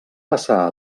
passar